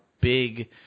big